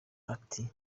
ati